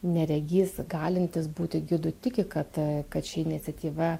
neregys galintis būti gidu tiki kad kad ši iniciatyva